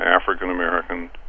African-American